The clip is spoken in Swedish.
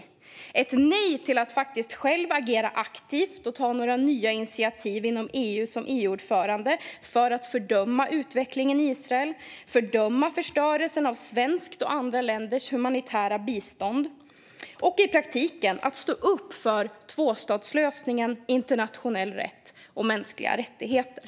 Det är ett nej till att själv agera aktivt och ta några nya initiativ inom EU som EU-ordförande för att fördöma utvecklingen i Israel, fördöma förstörelsen av svenskt humanitärt bistånd och andra länders humanitära bistånd och i praktiken stå upp för tvåstatslösningen, internationell rätt och mänskliga rättigheter.